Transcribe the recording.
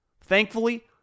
Thankfully